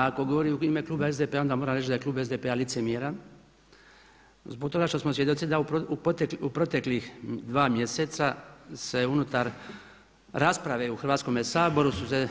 A ako govori u ime kluba SDP-a onda moram reći da je klub SDP-a licemjeran zbog toga što smo svjedoci da u proteklih 2 mjeseca se unutar rasprave u Hrvatskome saboru su se